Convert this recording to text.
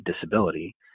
disability